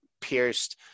pierced